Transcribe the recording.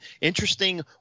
Interesting